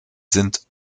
sind